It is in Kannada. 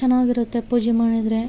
ಚೆನ್ನಾಗಿರುತ್ತೆ ಪೂಜೆ ಮಾಡಿದ್ರೆ